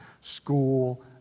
school